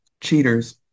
Cheaters